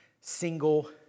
single